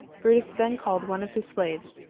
brutus then called one of his slaves.